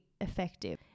effective